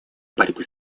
борьбы